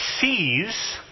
sees